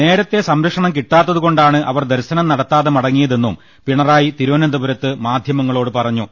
നേരത്തെ സംരക്ഷണം കിട്ടാത്തതുകൊണ്ടാണ് അവർ ദർശനം നട ത്താതെ മടങ്ങിയതെന്നും പിണറായി തിരുവനന്തപുരത്ത് മാധ്യമങ്ങളോട് പറഞ്ഞു